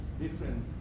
different